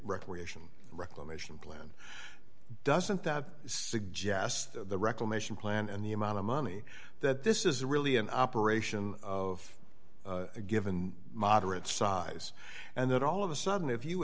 recreation reclamation plan doesn't that suggest the reclamation plan and the amount of money that this is really an operation of a given moderate size and that all of a sudden if you